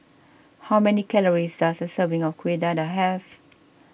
how many calories does a serving of Kueh Dadar have